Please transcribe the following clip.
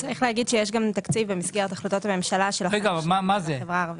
יש גם תקציב במסגרת החלטת הממשלה לתכנית החומש של החברה הערבית.